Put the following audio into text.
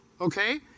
okay